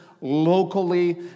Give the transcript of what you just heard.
locally